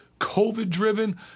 COVID-driven